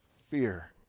fear